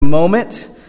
moment